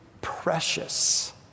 precious